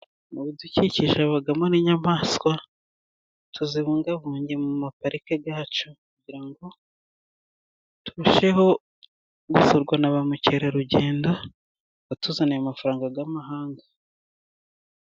Mubidukikije habamo n'inyamaswa, tuzibungabunge mu mapariki yacu, kugira ngo turusheho gusurwa na ba mukerarugendo batuzaniye amafaranga y'amahanga.